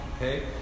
Okay